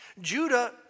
Judah